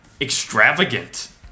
extravagant